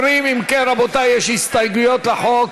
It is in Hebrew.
יש הסתייגויות לחוק,